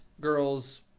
girls